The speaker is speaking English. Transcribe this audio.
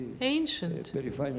ancient